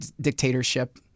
dictatorship